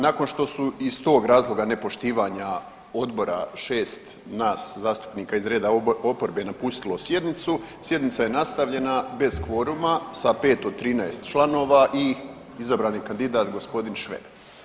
Nakon što su iz tog razloga nepoštivanja odbora 6 nas zastupnika iz reda oporbe napustilo sjednicu, sjednica je nastavljena bez kvoruma sa 5 od 13 članova i izabran je kandidat g. Šveb.